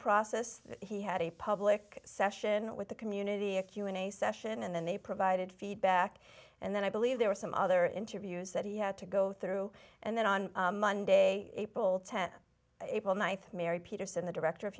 process he had a public session with the community a q and a session and then they provided feedback and then i believe there were some other interviews that he had to go through and then on monday april tenth april ninth mary peterson the director of